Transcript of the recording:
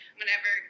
whenever